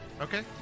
Okay